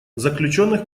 заключенных